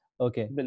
Okay